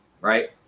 right